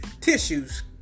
tissues